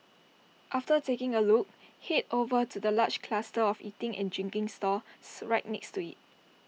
after taking A look Head over to the large cluster of eating and drinking stalls right next to IT